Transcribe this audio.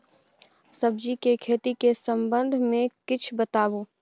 सब्जी के खेती के संबंध मे किछ बताबू?